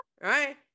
right